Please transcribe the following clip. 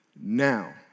now